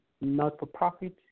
not-for-profit